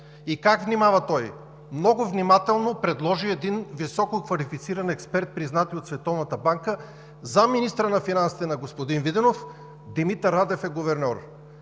И как внимава той? Много внимателно предложи един висококвалифициран експерт, признат и от Световната банка – заместник-министърът на финансите на господин Виденов Димитър Радев е гуверньор.